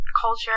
culture